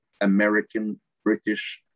American-British